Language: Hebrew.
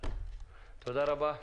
תודה רבה.